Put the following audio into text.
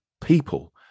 people